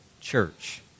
church